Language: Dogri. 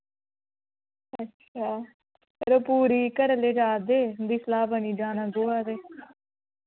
अच्छा यरो पूरी घरे आह्ले जा दे उं'दी सलाह् बनी जाना गोआ ते